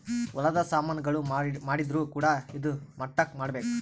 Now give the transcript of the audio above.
ಹೊಲದ ಸಾಮನ್ ಗಳು ಮಾಡಿದ್ರು ಕೂಡ ಇದಾ ಮಟ್ಟಕ್ ಮಾಡ್ಬೇಕು